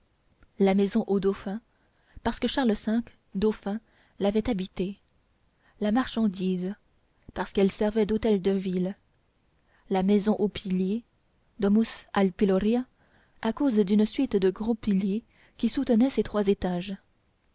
la maison au dauphin parce que charles v dauphin l'avait habitée la marchandise parce qu'elle servait d'hôtel de ville la maison aux piliers domus ad piloria à cause d'une suite de gros piliers qui soutenaient ses trois étages